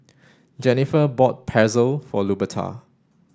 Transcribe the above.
Jennifer bought Pretzel for Luberta